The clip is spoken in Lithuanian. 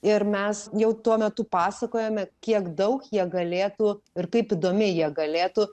ir mes jau tuo metu pasakojame kiek daug jie galėtų ir kaip įdomiai jie galėtų